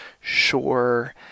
sure